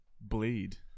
bleed